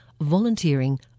volunteering